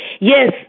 Yes